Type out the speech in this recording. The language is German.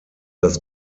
das